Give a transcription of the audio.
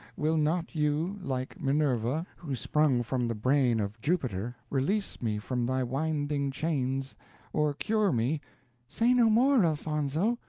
will not you, like minerva, who sprung from the brain of jupiter, release me from thy winding chains or cure me say no more, elfonzo,